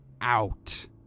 out